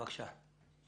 בבקשה.